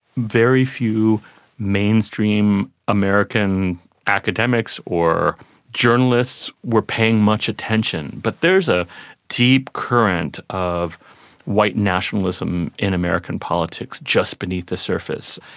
very few mainstream american academics or journalists were paying much attention, but there's a deep current of white nationalism in american politics just beneath the surface.